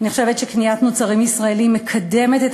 אני חושבת שקניית מוצרים ישראליים מקדמת את